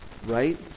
Right